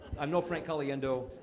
i'm no frank caliendo.